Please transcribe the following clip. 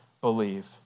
believe